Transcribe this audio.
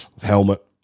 helmet